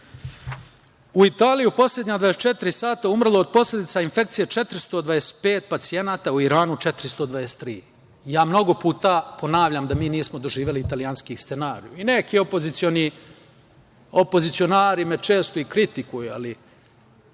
Italiji je u poslednja 24 sata umrlo od posledica infekcije 425 pacijenata, u Iranu 423. Ja mnogo puta ponavljam da mi nismo doživeli italijanski scenario. Neki opozicionari me često i kritikuju.